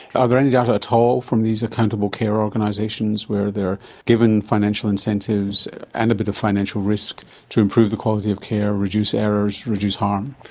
are there any data at all from these accountable care organisations where they're given financial incentives and a bit of financial risk to improve the quality of care, reduce errors, reduce harm?